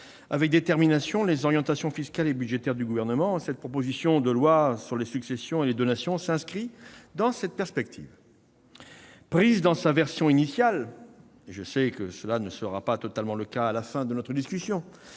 avec détermination les orientations fiscales et budgétaires du Gouvernement. Cette proposition de loi sur les successions et les donations s'inscrit dans cette perspective. Pris dans sa version initiale- ce ne sera plus vraiment le cas à la fin de notre discussion,